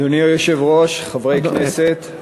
אדוני היושב-ראש, חברי כנסת,